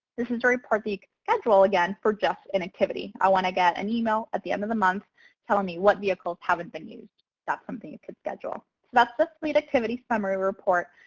this is to report the schedule again for just inactivity. i want to get an email at the end of the month telling me what vehicles haven't been used. that's something you could schedule. so that's a fleet activity summary report.